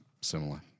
similar